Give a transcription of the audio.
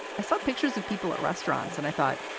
i saw pictures of people at restaurants and i thought,